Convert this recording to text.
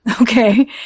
okay